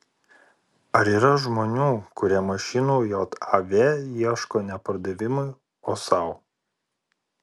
ar yra žmonių kurie mašinų jav ieško ne pardavimui o sau